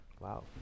Wow